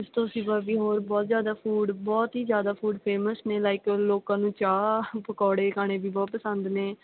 ਉਸ ਤੋਂ ਸਿਵਾ ਵੀ ਹੋਰ ਬਹੁਤ ਜ਼ਿਆਦਾ ਫੂਡ ਬਹੁਤ ਹੀ ਜ਼ਿਆਦਾ ਫੂਡ ਫੇਮਸ ਨੇ ਲਾਈਕ ਲੋਕਾਂ ਨੂੰ ਚਾਹ ਪਕੌੜੇ ਖਾਣੇ ਵੀ ਬਹੁਤ ਪਸੰਦ ਨੇ